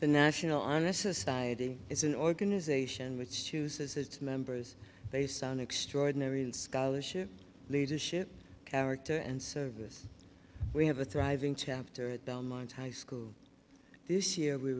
the national honor society is an organization which chooses to members they sound extraordinary in scholarship leadership character and service we have a thriving chapter at belmont high school this year we